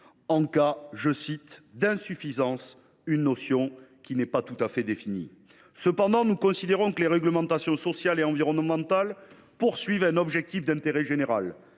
en cas d’insuffisance », une notion qui n’est pas tout à fait définie. Pour notre part, nous considérons que les réglementations sociales et environnementales ont un objectif d’intérêt général